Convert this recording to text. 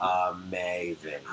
Amazing